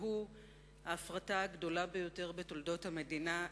והוא ההפרטה הגדולה ביותר בתולדות המדינה,